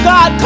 God